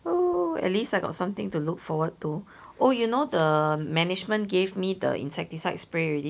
oh at least I got something to look forward to oh you know the management gave me the insecticide spray already